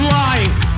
life